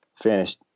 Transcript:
finished